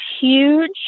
huge